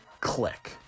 Click